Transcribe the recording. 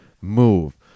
move